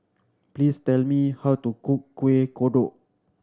please tell me how to cook Kueh Kodok